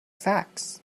facts